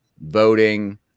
voting